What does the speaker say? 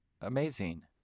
Amazing